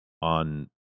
on